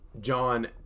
John